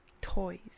toys